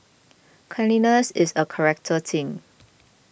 cleanliness is a character thing